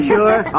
sure